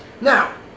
Now